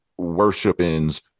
worshipings